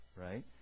right